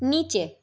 নীচে